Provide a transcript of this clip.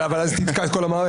אבל אז היא תתקע את כל המערכת.